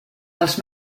els